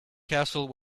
castle